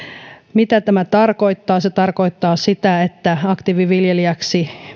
mitä tämä tarkoittaa se tarkoittaa sitä että aktiiviviljelijälle